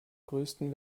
größten